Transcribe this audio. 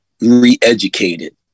re-educated